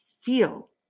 feel